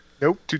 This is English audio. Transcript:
Nope